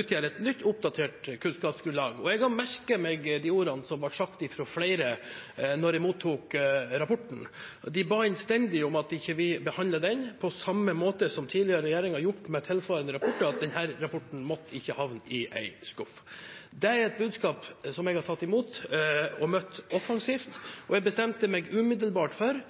utgjør et nytt, oppdatert kunnskapsgrunnlag, og jeg har merket meg de ordene som ble sagt fra flere da jeg mottok rapporten. De ba innstendig om at vi ikke behandler den på samme måte som tidligere regjeringer har gjort med tilsvarende rapporter, at denne rapporten ikke måtte havne i en skuff. Det er et budskap som jeg har tatt imot og møtt offensivt. Jeg bestemte meg umiddelbart for